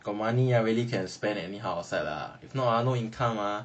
got money ah really can spend anyhow outside lah if not no income ah